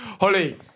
Holly